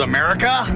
America